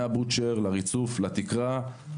מה"בוצ'ר" לריצוף, לתקרה.